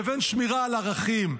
לבין שמירה על ערכים.